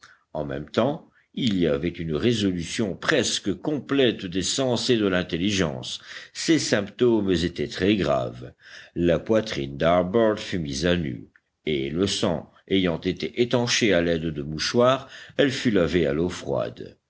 en même temps il y avait une résolution presque complète des sens et de l'intelligence ces symptômes étaient très graves la poitrine d'harbert fut mise à nu et le sang ayant été étanché à l'aide de mouchoirs elle fut lavée à l'eau froide